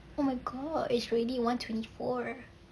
oh my god it's already one twenty four